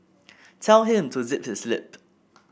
tell him to zip his lip